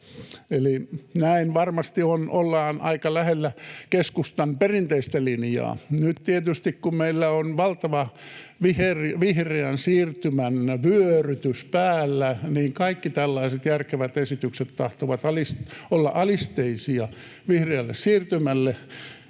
Näin varmasti ollaan aika lähellä keskustan perinteistä linjaa. Nyt tietysti, kun meillä on valtava vihreän siirtymän vyörytys päällä, kaikki tällaiset järkevät esitykset tahtovat olla alisteisia vihreälle siirtymälle,